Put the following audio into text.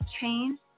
Change